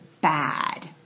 bad